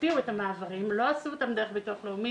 הקפיאו את המעברים ולא עשו אותם דרך ביטוח לאומי